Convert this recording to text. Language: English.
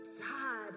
God